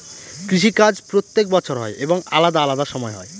কৃষি কাজ প্রত্যেক বছর হয় এবং আলাদা আলাদা সময় হয়